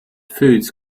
foods